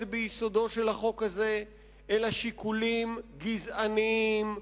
ביסודו של החוק הזה אלא שיקולים גזעניים,